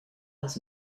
his